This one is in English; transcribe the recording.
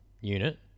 unit